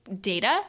data